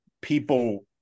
people